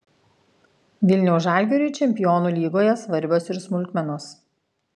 vilniaus žalgiriui čempionų lygoje svarbios ir smulkmenos